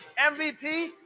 mvp